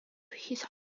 his